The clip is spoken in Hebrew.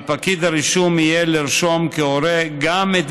על פקיד הרישום יהיה לרשום כהורה גם את